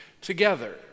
together